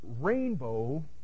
rainbow